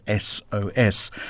SOS